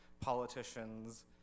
politicians